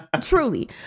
truly